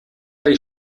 die